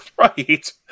Right